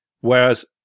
whereas